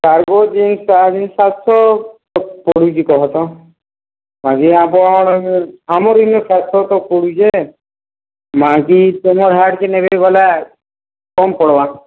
cargo jeans ସାତଶହ ପଡ଼ୁଛି କହ ତ ବାକି ଆମର ଇନ ସାତଶହ ତ ପଡୁ଼ଛେ ବାକି ତମର୍ ସେଆଡ଼କେ ନେଇକି ଗଲେ କମ୍ ପଡ଼୍ବା